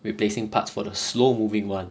replacing parts for the slow moving one